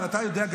גם אתה יודע,